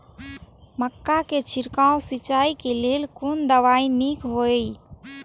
मक्का के छिड़काव सिंचाई के लेल कोन दवाई नीक होय इय?